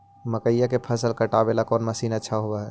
मकइया के फसल काटेला कौन मशीन अच्छा होव हई?